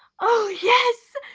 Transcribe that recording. oh, yes.